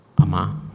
Ama